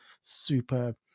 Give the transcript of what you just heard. super